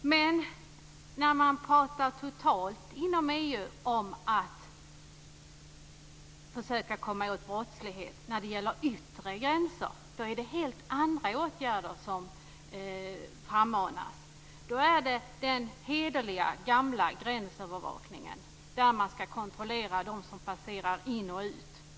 När man inom EU talar om att försöka komma åt brottsligheten vid de yttre gränserna är det helt andra åtgärder som frammanas. Då är det den hederliga gamla gränsövervakningen, som innebär att de som passerar in och ut skall kontrolleras.